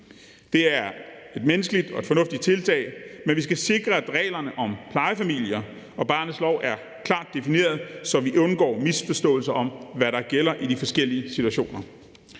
Det er et menneskeligt og fornuftigt tiltag, men vi skal sikre, at reglerne om plejefamilier og barnets lov er klart defineret, så vi undgår misforståelser om, hvad der gælder i de forskellige situationer.